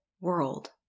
world